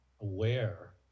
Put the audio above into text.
aware